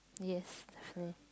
yes definitely